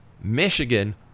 Michigan